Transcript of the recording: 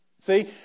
See